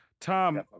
Tom